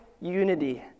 unity